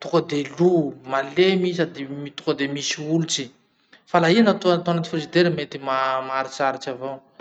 tonga de lo, malemy i, sady tonga de misy olotsy. Fa la i natao atao anaty frizidera mety ma maharitsaritsy avao.